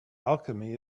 alchemy